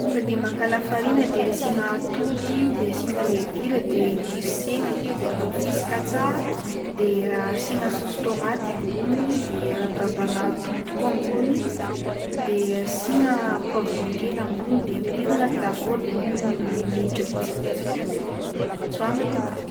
Tonga de maka lafarinina de asiagna atody de asiagna levure de dirisiagna akeo de atao fisaka tsara de asiagna saosy tomaty ambony de arabaribagna atody koa ambony de asiagna poivron kely ambony ampdirina anaty lafaoro de miambigny minitra vitsivitsy fogna de tsoahigna de masaka.